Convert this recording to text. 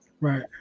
Right